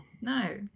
No